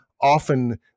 often